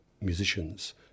musicians